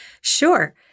Sure